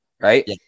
Right